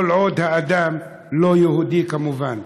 כל עוד האדם לא יהודי, כמובן.